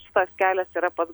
šitas kelias yra pats